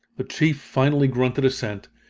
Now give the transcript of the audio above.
the chief finally grunted assent,